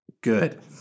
Good